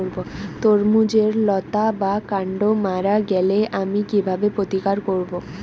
তরমুজের লতা বা কান্ড মারা গেলে আমি কীভাবে প্রতিকার করব?